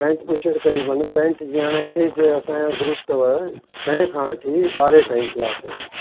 pant bush shirt क़रीबनि pant जीअं हाणे ए जीअं असांजो ग्रूप अथव छहे खां अठी ॿारहें ताईं क्लास आहिनि